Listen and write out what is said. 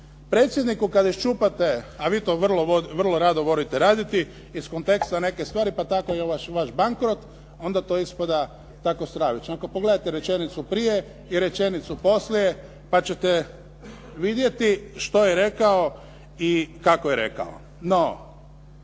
Predsjedniku kad iščupate a vi to vrlo rado volite raditi iz konteksta neke stvari pa tako i ovaj vaš bankrot onda to ispada tako stravično, a kad pogledate rečenicu prije i rečenicu poslije pa ćete vidjeti što je rekao i kako je rekao.